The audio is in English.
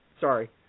Sorry